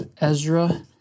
Ezra